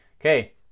Okay